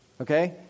okay